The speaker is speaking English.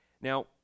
Now